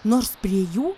nors prie jų